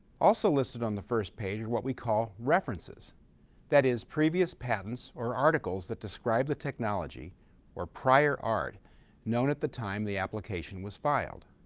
also listed on the first page are what we call references that is, previous patents or articles that describe the technology or prior art known at the time the application was filed.